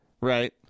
Right